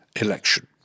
election